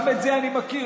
גם את זה אני מכיר,